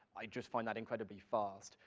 i just find that incredibly fast.